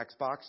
Xbox